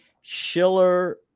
Schiller